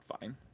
fine